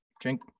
drink